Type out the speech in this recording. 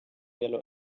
yellow